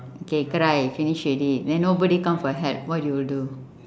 okay cry finish already then nobody come for help what you will do